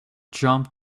jump